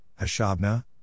Hashabna